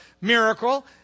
miracle